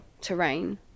terrain